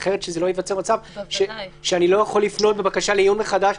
כדי שלא ייווצר שאני לא יכול לפנות בבקשה לעיון מחדש.